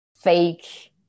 fake